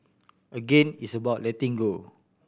again it's about letting go